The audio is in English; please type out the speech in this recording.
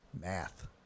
Math